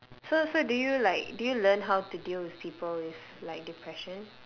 so so do you like do you learn how to deal with people with like depression